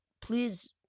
please